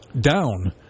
down